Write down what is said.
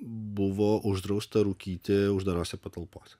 buvo uždrausta rūkyti uždarose patalpose